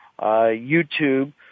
YouTube